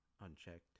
Unchecked